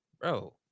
bro